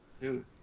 Dude